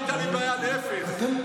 לימודי ליבה, נכון?